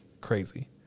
Crazy